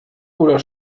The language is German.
oder